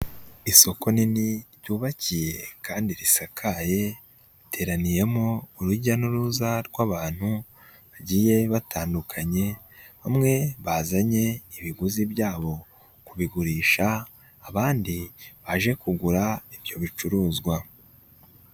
Isoko nini ryubakiye kandi risakaye, riteraniyemo urujya n'uruza rw'abantu bagiye batandukanye, bamwe bazanye ibiguzi byabo kubigurisha, abandi baje kugura ibyo bicuruzwa.